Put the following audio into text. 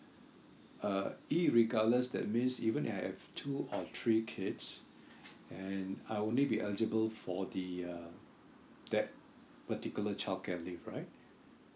uh irregardless that means even I have two or three kids and I'll only be eligible for the uh that particular childcare leave right